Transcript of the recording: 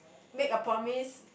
make a promise